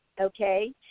okay